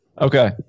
Okay